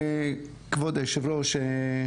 כבוד יושב הראש,